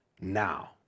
now